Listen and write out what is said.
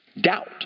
Doubt